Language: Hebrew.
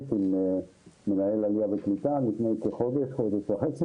עם מנהל העלייה והקליטה לפני כחודש חודש וחצי,